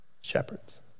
shepherds